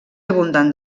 abundant